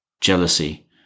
jealousy